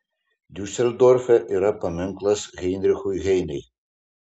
diuseldorfe yra paminklas heinrichui heinei